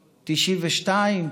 1992,